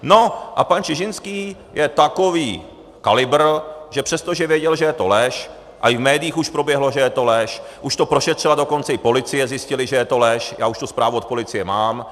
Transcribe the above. No a pan Čižinský je takový kalibr, že přestože věděl, že je to lež, a i v médiích už proběhlo, že je to lež, už to prošetřila dokonce i policie, zjistili, že je to lež, já už tu zprávu od policie mám.